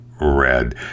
red